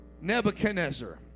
Nebuchadnezzar